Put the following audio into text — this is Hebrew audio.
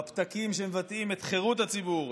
בפתקים שמבטאים את חירות הציבור,